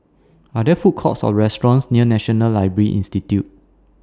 Are There Food Courts Or restaurants near National Library Institute